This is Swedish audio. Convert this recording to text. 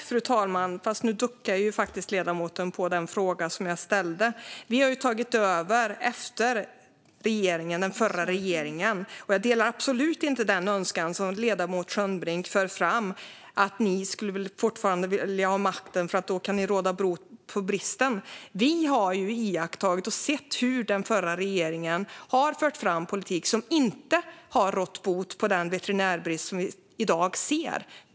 Fru talman! Nu duckade faktiskt ledamoten för den fråga som jag ställde. Vi har ju tagit över efter den förra regeringen. Jag delar absolut inte den önskan som ledamoten Skönnbrink förde fram. Ni skulle fortfarande vilja ha makten, för då skulle ni kunna råda bot på bristen. Vi har ju iakttagit och sett hur den förra regeringen har fört fram politik som inte har rått bot på den veterinärbrist som vi i dag ser.